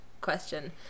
question